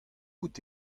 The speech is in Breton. out